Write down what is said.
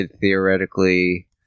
theoretically